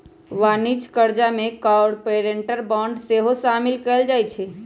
वाणिज्यिक करजा में कॉरपोरेट बॉन्ड सेहो सामिल कएल जाइ छइ